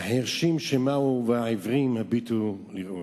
החירשים שמעו והעיוורים הביטו לראות.